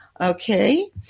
Okay